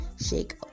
shake